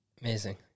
Amazing